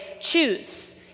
choose